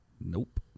Nope